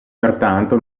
pertanto